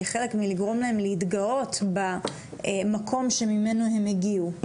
כחלק ולגרום להם להתגאות במקום שממנו הם הגיעו.